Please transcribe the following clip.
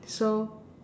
so